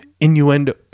innuendo